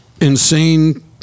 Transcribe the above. insane